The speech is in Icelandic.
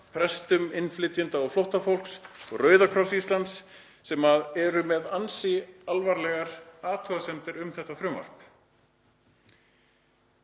prestum innflytjenda og flóttafólks og Rauða krossinum á Íslandi sem eru með ansi alvarlegar athugasemdir um þetta frumvarp.